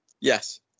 yes